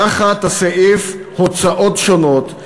תחת הסעיף "הוצאות שונות",